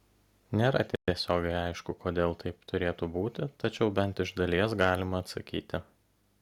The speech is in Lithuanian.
nėra tiesiogiai aišku kodėl taip turėtų būti tačiau bent iš dalies galima atsakyti